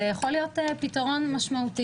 זה יכול להיות פתרון משמעותי.